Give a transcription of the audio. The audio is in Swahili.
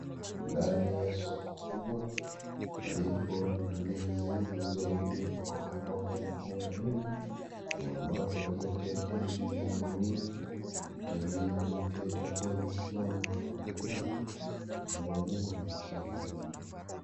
Ndani ya soko kubwa palipo na ndizi zilizorundikwa kwa pamoja mikunga mingi na wanawake walio keti juu ya magunia watu wengine walioketi wakiwa wamesimama kwangaliana. Upande wa nyuma ikiwa ni nyumba.